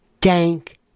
dank